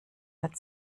mit